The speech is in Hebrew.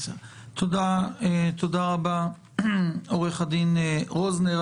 תודה רבה, עו"ד רוזנר.